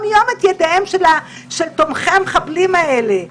יום את ידיהם של תומכי המחבלים האלה.